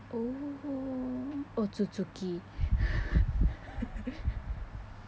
oh otsutsuki